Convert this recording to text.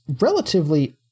relatively